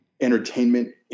entertainment